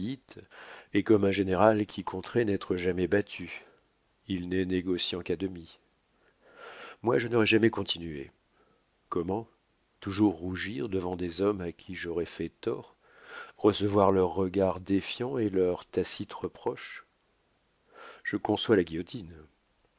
est comme un général qui compterait n'être jamais battu il n'est négociant qu'à demi moi je n'aurais jamais continué comment toujours rougir devant des hommes à qui j'aurais fait tort recevoir leurs regards défiants et leurs tacites reproches je conçois la guillotine